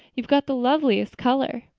you've got the loveliest color.